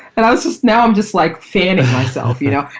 and i was just now i'm just like fanning myself. you know,